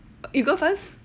you go first